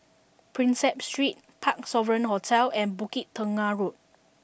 Prinsep Street Parc Sovereign Hotel and Bukit Tunggal Road